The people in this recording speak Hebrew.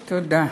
תודה.